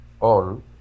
on